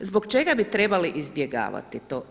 Zbog čega bi trebali izbjegavati to?